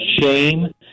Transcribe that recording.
shame